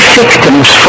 victims